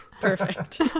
Perfect